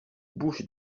bouches